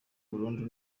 burundu